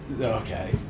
Okay